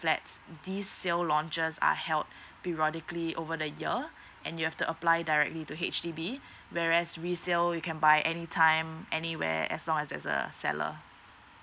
flat this sell launchers are held periodically over the year and you have to apply directly to H_D_B whereas resale you can buy any time anywhere as long as there's a seller